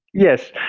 yes.